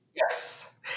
Yes